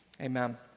Amen